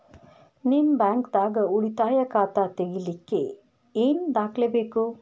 ನಿಮ್ಮ ಬ್ಯಾಂಕ್ ದಾಗ್ ಉಳಿತಾಯ ಖಾತಾ ತೆಗಿಲಿಕ್ಕೆ ಏನ್ ದಾಖಲೆ ಬೇಕು?